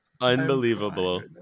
Unbelievable